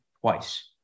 twice